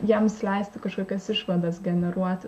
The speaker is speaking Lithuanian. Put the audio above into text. jiems leisti kažkokias išvadas generuoti